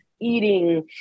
eating